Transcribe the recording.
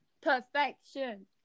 perfection